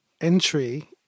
Entry